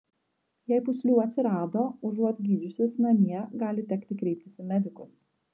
jei pūslių atsirado užuot gydžiusis namie gali tekti kreiptis į medikus